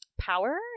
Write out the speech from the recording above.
power